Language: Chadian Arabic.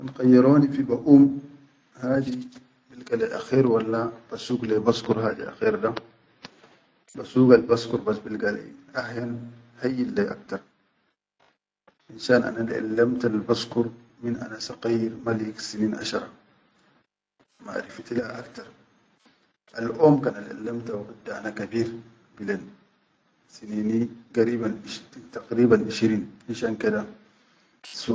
Kan khayyaroni fi baʼalim hadi bilga lai akher walla basuk lai baskur hadi akher da, basugal basugal baskur bas bilga lai ahyan hayyin lai aktar finshan anal-allamtal baskur min ana saqayyir ma lik sinin ashara, marifiti laha aktar, alʼom kan allʼallamta waqit da ana kabeer bilen sinini garib taqriban ishireen fi shan da.